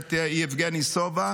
הכנסת יבגני סובה,